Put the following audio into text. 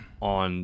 on